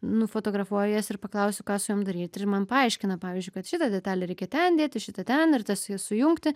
nufotografuoju jas ir paklausiu ką su jom daryt ir man paaiškina pavyzdžiui kad šitą detalę reikia ten dėti šitą ten ir tas jas sujungti